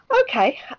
okay